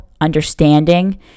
understanding